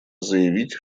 заявить